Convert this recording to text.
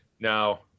Now